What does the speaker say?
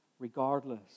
Regardless